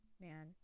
man